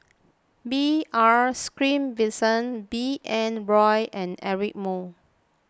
B R Sreenivasan B N Rao and Eric Moo